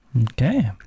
Okay